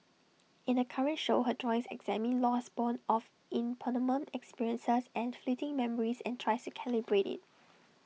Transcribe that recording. in the current show her drawings examine loss borne of impermanent experiences and fleeting memories and tries calibrate IT